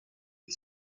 die